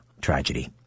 tragedy